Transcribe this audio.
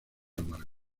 amargo